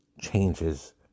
changes